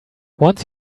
once